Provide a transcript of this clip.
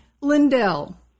Lindell